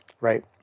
right